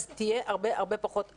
אז תהיה הרבה הרבה פחות הדבקה.